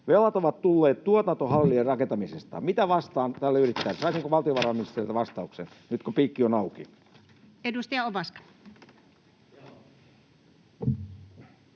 Velat ovat tulleet tuotantohallien rakentamisesta.” — Mitä vastaan tälle yrittäjälle? Saisinko valtiovarainministeriltä vastauksen nyt, kun piikki on auki? Edustaja Ovaska.